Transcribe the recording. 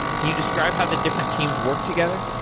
can you describe how the different teams work together?